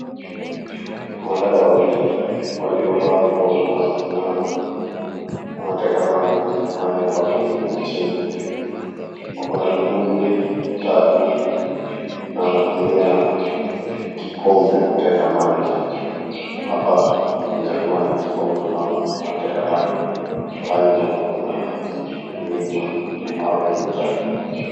Wana dada wawili waliovaa nguo zinazofanana, wanateka maji mahali ambapo kumechimbwa, wako na vibuyu tatu, na wanatumia kikombe kuteka maji, hapa ni jangwani kwa sababu tunaona wanateka maji pahali ambapo kuna mlima na mawe yamejaa.